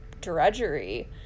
drudgery